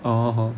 orh